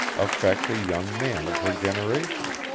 affect a young man of her generation?